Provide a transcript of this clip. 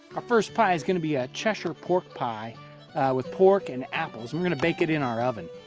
our first pie is going to be a cheshire pork pie with pork and apples. we're going to bake it in our oven.